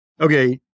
okay